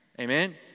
Amen